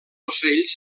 ocells